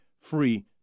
free